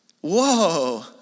Whoa